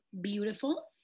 beautiful